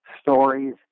stories